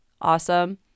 awesome